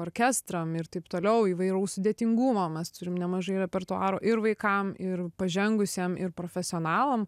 orkestram ir taip toliau įvairaus sudėtingumo mes turim nemažai repertuarų ir vaikam ir pažengusiem ir profesionalam